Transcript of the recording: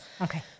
Okay